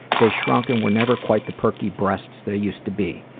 they shrunk and were never quite the perky breasts they used to be.